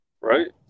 Right